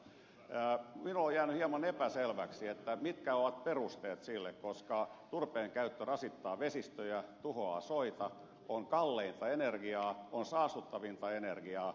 minulle on jäänyt hieman epäselväksi mitkä ovat perusteet sille koska turpeen käyttö rasittaa vesistöjä tuhoaa soita on kalleinta energiaa on saastuttavinta energiaa